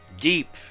deep